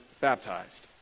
baptized